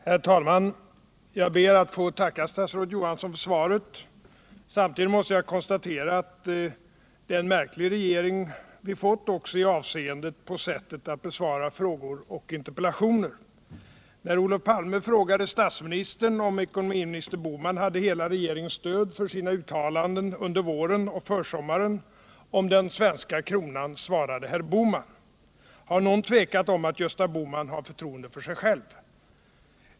Herr talman! Jag ber att få tacka statsrådet Johansson för svaret. Samtidigt måste jag konstatera att det är en märklig regering vi fått också i avseende på sättet att besvara frågor och interpellationer. När Olof Palme frågade statsministern om ekonomiminister Bohman hade hela regeringens stöd för sina uttalanden under våren och försommaren om den svenska kronan, svarade herr Bohman. Har någon tvekat om att Gösta Bohman har förtroende för sig själv?